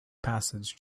passage